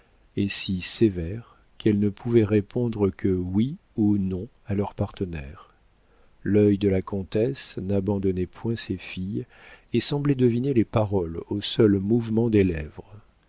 et si sévères qu'elles ne pouvaient répondre que oui ou non à leurs partenaires l'œil de la comtesse n'abandonnait point ses filles et semblait deviner les paroles au seul mouvement des lèvres